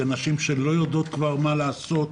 זה נשים שלא יודעות כבר מה לעשות,